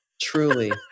Truly